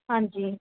ਹਾਂਜੀ